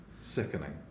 sickening